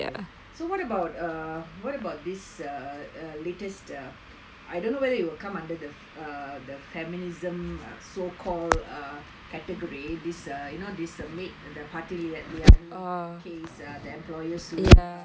so what about err what about this err err latest ah I don't know whether it will come under the err the feminism so called err category this err you know this maid uh party liani case uh the employer suing her for